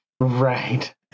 Right